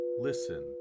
listen